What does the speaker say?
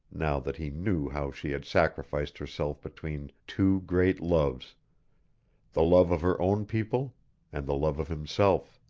now that he knew how she had sacrificed herself between two great loves the love of her own people and the love of himself.